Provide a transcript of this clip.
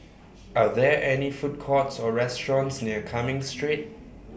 Are There any Food Courts Or restaurants near Cumming Street